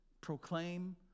proclaim